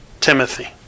Timothy